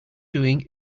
doing